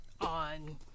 on